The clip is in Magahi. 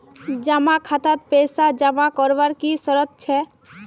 जमा खातात पैसा जमा करवार की शर्त छे?